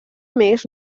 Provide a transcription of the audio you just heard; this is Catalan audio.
més